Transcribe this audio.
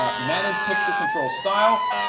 ah manage picture control style,